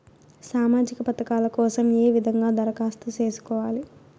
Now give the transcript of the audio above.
సామాజిక పథకాల కోసం ఏ విధంగా దరఖాస్తు సేసుకోవాలి